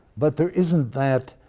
but there isn't that